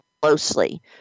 closely